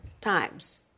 times